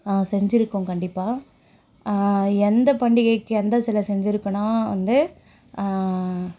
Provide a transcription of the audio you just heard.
செஞ்சிருக்கோம் கண்டிப்பாக எந்த பண்டிகைக்கு எந்த சிலை செஞ்சிருக்கோம்னால் வந்து